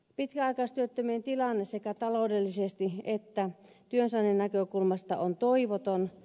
pitkäaikaistyöttömien tilanne sekä taloudellisesti että työnsaannin näkökulmasta on toivoton